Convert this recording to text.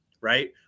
right